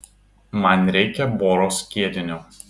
man reikia boro skiedinio